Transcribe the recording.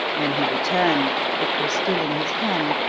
when he returned it was still in his hand,